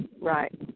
Right